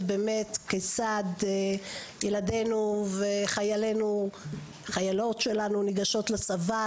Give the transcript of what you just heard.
באמת כיצד ילדינו וחיילינו ניגשים לצבא.